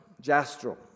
Jastrow